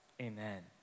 Amen